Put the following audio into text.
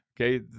okay